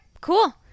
cool